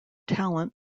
talent